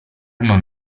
non